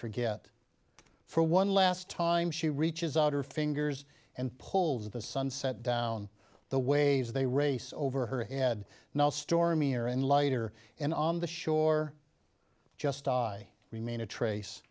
forget for one last time she reaches out her fingers and pulls the sunset down the ways they race over her head now stormy or and lighter and on the shore just i remain a trace